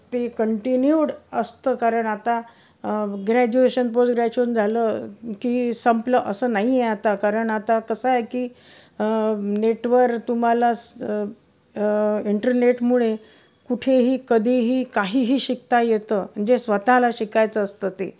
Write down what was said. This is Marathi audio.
ते कंटिन्यूड असतं कारण आता ग्रॅज्युएशन पोस्ट ग्रॅज्युएशन झालं की संपलं असं नाही आहे आता कारण आता कसं आहे की नेटवर तुम्हाला इंटरनेटमुळे कुठेही कधीही काहीही शिकता येतं जे स्वतःला शिकायचं असतं ते